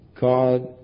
God